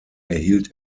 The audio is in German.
erhielt